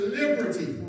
liberty